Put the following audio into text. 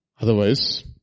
Otherwise